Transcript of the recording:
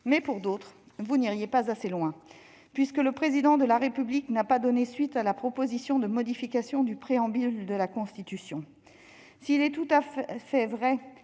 Mais, pour d'autres, vous n'iriez pas assez loin, puisque le Président de la République n'a pas donné suite à la proposition de modification du Préambule de la Constitution. S'il est tout à fait vrai